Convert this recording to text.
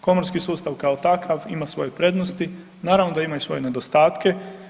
Komorski sustav kao takav ima svoje prednosti, naravno da ima i svoje nedostatke.